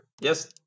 Yes